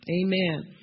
Amen